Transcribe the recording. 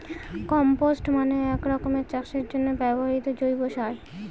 compost মানে এক রকমের চাষের জন্য ব্যবহৃত জৈব সার